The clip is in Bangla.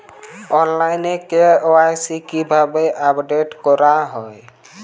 অনলাইনে কে.ওয়াই.সি কিভাবে আপডেট করা হয়?